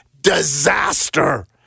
disaster